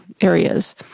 areas